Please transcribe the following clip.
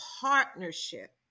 partnership